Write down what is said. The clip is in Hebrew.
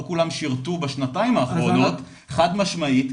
לא כולם שירתו בשנתיים האחרונות, חד משמעית.